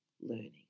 learning